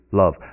love